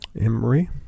Emory